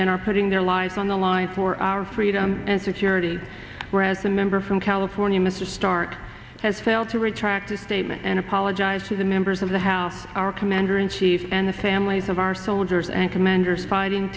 and are putting their lives on the line for our freedom and security where as a member from california mr start has failed to retract this statement and apologize to the members of the house our commander in chief and the families of our soldiers and commanders fi